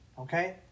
okay